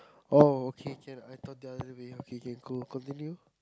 oh okay can I thought the other way okay K cool continue